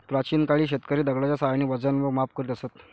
प्राचीन काळी शेतकरी दगडाच्या साहाय्याने वजन व माप करीत असत